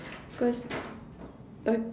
cause uh